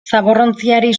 zaborrontziari